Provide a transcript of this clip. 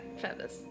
feathers